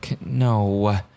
no